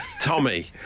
Tommy